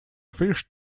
fish